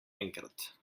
enkrat